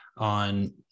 on